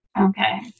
Okay